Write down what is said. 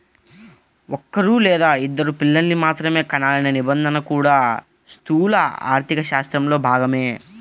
ఒక్కరూ లేదా ఇద్దరు పిల్లల్ని మాత్రమే కనాలనే నిబంధన కూడా స్థూల ఆర్థికశాస్త్రంలో భాగమే